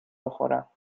بخورم